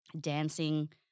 dancing